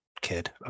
kid